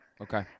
okay